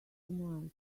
tonight